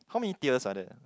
how many tiers are there